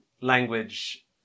language